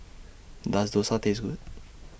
Does Dosa Taste Good